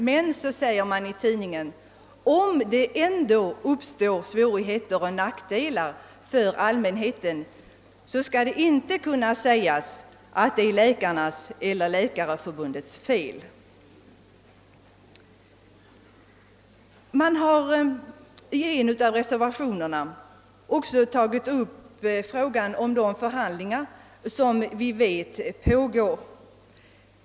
Men så säger man: »Om det ändå uppstår svårigheter och nackdelar för allmänheten, så skall det inte kunna sägas att det är läkarnas eller Läkarförbundets fel.« I en av reservationerna hänvisar man till de förhandlingar med läkarna som vi vet pågår.